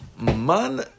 Man